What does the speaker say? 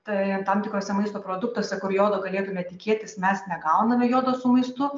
tai tam tikruose maisto produktuose kur jodo galėtume tikėtis mes negauname jodu su maistu